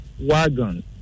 Wagon